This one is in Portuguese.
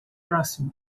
próxima